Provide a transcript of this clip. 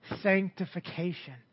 sanctification